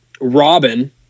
Robin